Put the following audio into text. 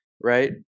right